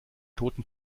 toten